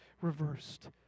reversed